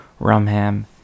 Rumham